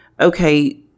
okay